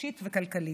נפשית וכלכלית.